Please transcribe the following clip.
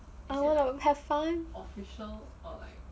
I want to have fun